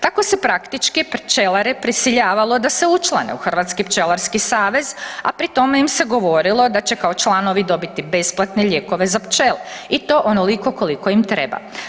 Tako se praktički pčelare prisiljavalo da se učlane u Hrvatski pčelarski savez a pri tome im se govorilo da će kao članovi dobiti besplatne lijekove za pčele i to onoliko koliko im treba.